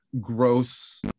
gross